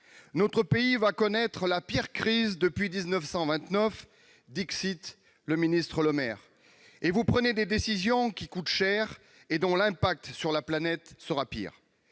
Notre pays va connaître la pire crise depuis 1929, le ministre Bruno Le Maire. Et vous prenez des décisions qui coûtent cher et dont l'impact sur la planète sera pire